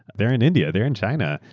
they're in india, they're in china,